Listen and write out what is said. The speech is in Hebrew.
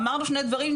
אמרנו שני דברים,